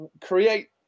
create